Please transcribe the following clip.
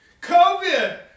COVID